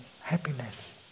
happiness